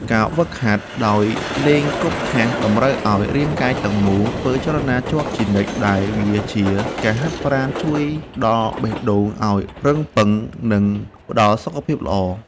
ការហ្វឹកហាត់ដោយលេងគប់ថាសតម្រូវឱ្យរាងកាយទាំងមូលធ្វើចលនាជាប់ជានិច្ចដែលវាជាការហាត់ប្រាណជួយដល់បេះដូងឱ្យរឹងប៉ឹង និងផ្តល់សុខភាពល្អ។